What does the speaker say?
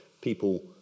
People